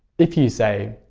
if you say,